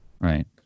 Right